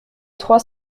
trois